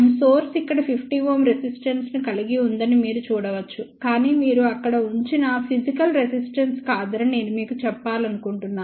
source ఇక్కడ 50 Ω resistance ను కలిగి ఉందని మీరు చూడవచ్చు కాని మీరు అక్కడ ఉంచిన ఫిజికల్ రెసిస్టెన్స్ కాదని నేను మీకు చెప్పాలనుకుంటున్నాను